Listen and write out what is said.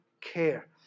care